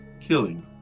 killing